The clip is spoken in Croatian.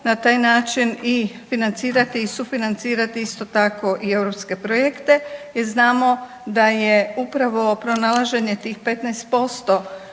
na taj način i financirati i sufinancirati isto tako i europske projekte jer znamo da je upravo pronalaženje tih 15%